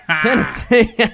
Tennessee